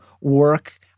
work